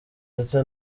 ndetse